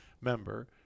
member